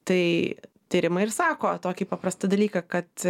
tai tyrimai ir sako tokį paprastą dalyką kad